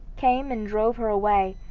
came and drove her away,